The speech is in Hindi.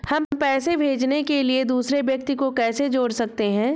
हम पैसे भेजने के लिए दूसरे व्यक्ति को कैसे जोड़ सकते हैं?